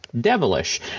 devilish